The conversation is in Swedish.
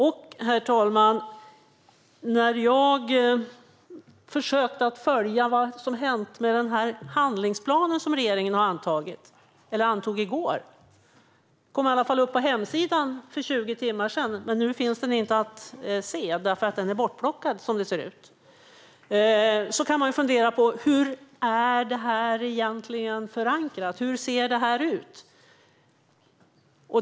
Jag har försökt att följa vad som har hänt med handlingsplanen som regeringen antog i går. Den kom upp på hemsidan för 20 timmar sedan, men nu finns den inte att se. Den är bortplockad - som det ser ut. Hur är handlingsplanen förankrad? Hur ser den ut?